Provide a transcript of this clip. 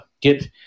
get –